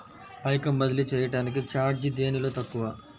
పైకం బదిలీ చెయ్యటానికి చార్జీ దేనిలో తక్కువ?